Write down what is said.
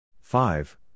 five